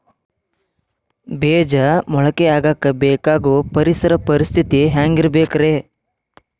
ಬೇಜ ಮೊಳಕೆಯಾಗಕ ಬೇಕಾಗೋ ಪರಿಸರ ಪರಿಸ್ಥಿತಿ ಹ್ಯಾಂಗಿರಬೇಕರೇ?